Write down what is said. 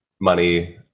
money